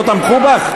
לא תמכו בך?